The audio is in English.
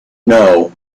know